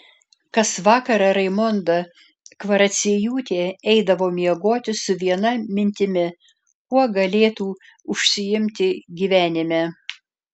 kas vakarą raimonda kvaraciejūtė eidavo miegoti su viena mintimi kuo galėtų užsiimti gyvenime